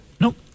Nope